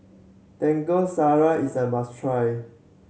Taco is a must try